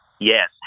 Yes